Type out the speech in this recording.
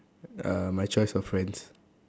uh my choice of friends